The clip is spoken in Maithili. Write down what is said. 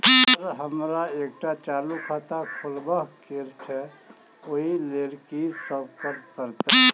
सर हमरा एकटा चालू खाता खोलबाबह केँ छै ओई लेल की सब करऽ परतै?